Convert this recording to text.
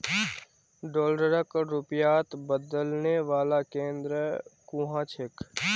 डॉलरक रुपयात बदलने वाला केंद्र कुहाँ छेक